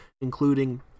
including